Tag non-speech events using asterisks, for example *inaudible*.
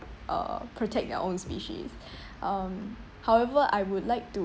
uh protect their own species *breath* um however I would like to